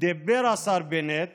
דיבר השר בנט